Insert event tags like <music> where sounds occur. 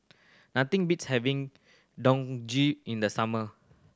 nothing beats having <unintelligible> in the summer